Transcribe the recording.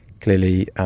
clearly